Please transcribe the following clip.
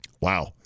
Wow